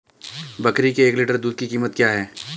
बकरी के एक लीटर दूध की कीमत क्या है?